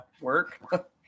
work